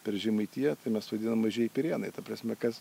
per žemaitiją tai mes vadinam mažieji pirėnai ta prasme kas